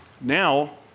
Now